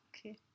okay